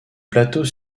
plateaux